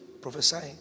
prophesying